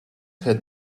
had